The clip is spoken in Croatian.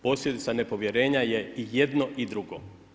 Posljedica nepovjerenja je jedno i drugo.